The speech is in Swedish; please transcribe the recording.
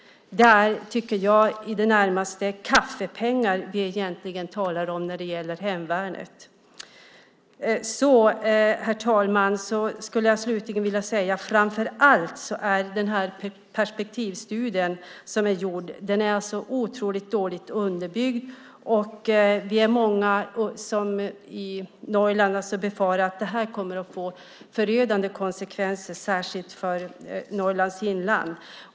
Det är i det närmaste kaffepengar vi talar om när det gäller hemvärnet. Slutligen skulle jag vilja säga att perspektivstudien är otroligt dåligt underbyggd. Vi är många i Norrland som befarar att det här kommer att få förödande konsekvenser, särskilt för Norrlands inland.